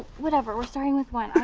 whatever we're starting with one.